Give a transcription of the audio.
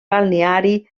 balneari